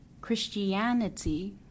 Christianity